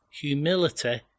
Humility